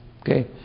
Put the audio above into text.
Okay